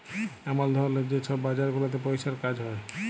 এমল ধরলের যে ছব বাজার গুলাতে পইসার কাজ হ্যয়